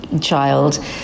child